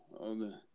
Okay